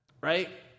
right